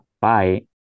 Bye